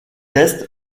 est